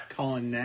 Colin